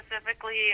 specifically